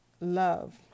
love